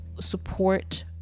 support